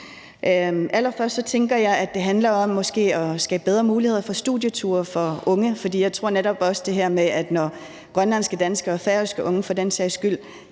Allerførst tænker jeg, at det handler om måske at skabe bedre muligheder for studieture for unge, for jeg tror netop også, at det her med, at når grønlandske, danske og færøske unge for den sags skyld